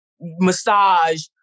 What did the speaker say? massage